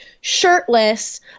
shirtless